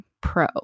pro